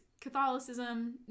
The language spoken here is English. Catholicism